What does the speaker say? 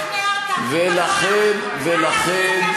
היה צריך ללכת לוועדה להיתרים ולשכנע אותה.